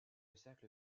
cercle